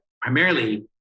primarily